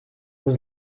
was